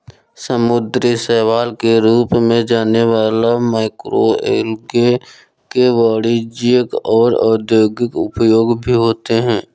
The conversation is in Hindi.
समुद्री शैवाल के रूप में जाने वाला मैक्रोएल्गे के वाणिज्यिक और औद्योगिक उपयोग भी होते हैं